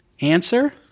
Answer